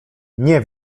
nie